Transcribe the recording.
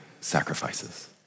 sacrifices